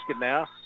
now